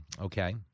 Okay